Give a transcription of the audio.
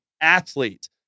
athlete